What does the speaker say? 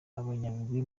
abanyabigwi